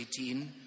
18